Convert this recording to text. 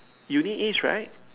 you need its right